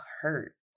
hurt